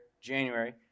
January